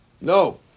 No